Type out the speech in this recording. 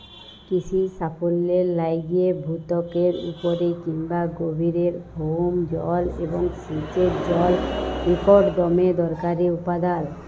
কিসির সাফল্যের লাইগে ভূত্বকের উপরে কিংবা গভীরের ভওম জল এবং সেঁচের জল ইকট দমে দরকারি উপাদাল